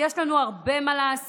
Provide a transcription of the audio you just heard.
יש לנו הרבה מה לעשות.